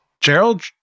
Gerald